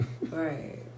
Right